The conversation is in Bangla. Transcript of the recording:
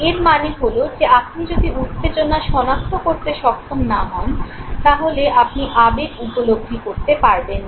এর মানে হল যে আপনি যদি উত্তেজনা শনাক্ত করতে সক্ষম না হন তাহলে আপনি আবেগ উপলব্ধি করতে পারবেন না